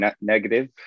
negative